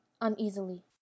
Uneasily